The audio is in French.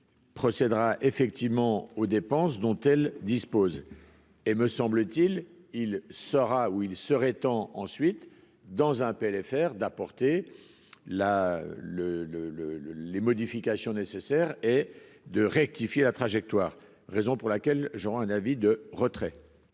procédera effectivement aux dépenses dont elle dispose et me semble-t-il, il sera où il serait temps ensuite dans un PLFR d'apporter la le le le le les modifications nécessaires et de rectifier la trajectoire, raison pour laquelle j'aurais un avis de retrait.